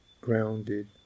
grounded